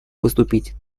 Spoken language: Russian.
поступить